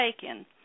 taken